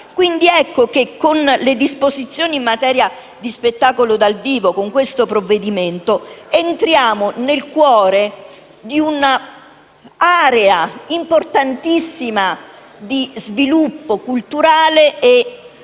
quindi, che con le disposizioni in materia di spettacolo dal vivo contenute nel provvedimento in esame entriamo nel cuore di un'area importantissima di sviluppo culturale ed